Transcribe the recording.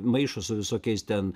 maišo su visokiais ten